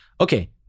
Okay